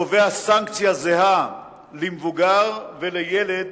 קובע סנקציה זהה למבוגר ולילד